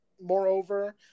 Moreover